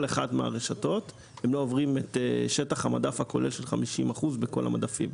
אחת מהרשתות הם לא עוברים את שטח המדף הכולל של 50% מכל המדפים.